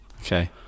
Okay